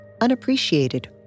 unappreciated